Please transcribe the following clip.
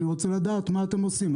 אני רוצה לדעת מה אתם עושים.